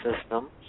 System